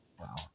wow